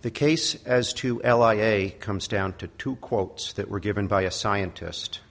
the case as to a comes down to two quotes that were given by a scientist